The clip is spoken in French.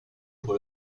pour